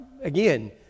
Again